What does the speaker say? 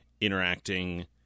interacting